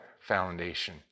foundation